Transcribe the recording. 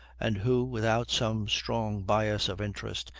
and who, without some strong bias of interest,